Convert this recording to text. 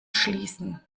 schließen